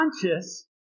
conscious